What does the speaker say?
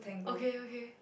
okay okay